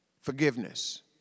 forgiveness